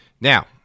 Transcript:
Now